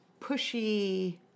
pushy